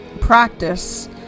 practice